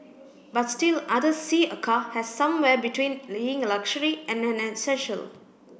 but still others see a car as somewhere between being a luxury and an essential